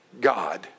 God